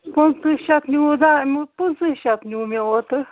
پٕنٛژٕ شَتھ نِیٛوٗ پٕنٛژٕ شَتھ نِیٛوٗ مےٚ اوترٕ